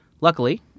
luckily